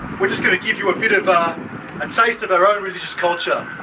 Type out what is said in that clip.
we're just going to give you a bit of a taste of their own religious culture.